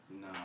No